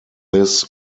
this